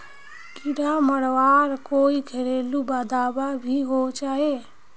कीड़ा मरवार कोई घरेलू दाबा भी होचए?